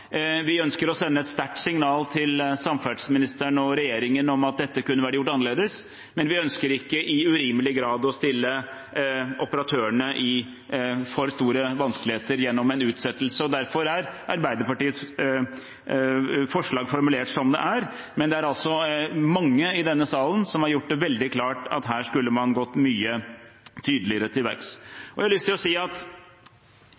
Vi ønsker å sende et sterkt signal til samferdselsministeren og regjeringen om at dette kunne vært gjort annerledes, men vi ønsker ikke i urimelig grad å sette operatørene i for store vanskeligheter gjennom en utsettelse. Derfor er Arbeiderpartiets forslag formulert som det er, men det er altså mange i denne salen som har gjort det veldig klart at her skulle man gått mye tydeligere til